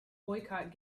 boycott